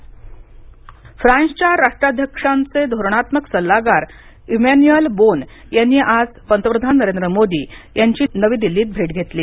Bharat France फ्रान्सच्या राष्ट्राध्यक्षांचे धोरणात्मक सल्लागार इमॅन्युएल बोन यांनी आज पंतप्रधान नरेंद्र मोदी यांची नवी दिल्लीत भेट घेतली